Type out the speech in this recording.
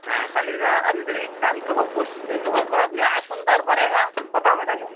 হ্যাঁ তাহলে আপনি তাহলে কালকে হোক পরশু দিন হোক আপনি আসুন তারপরে হ্যাঁ কথা হবে তাহলে